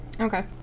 Okay